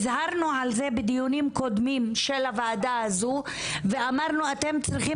הזהרנו על זה בדיונים קודמים של הוועדה הזו ואמרנו אתם צריכים